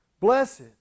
Blessed